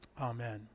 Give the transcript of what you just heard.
Amen